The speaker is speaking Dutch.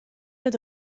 het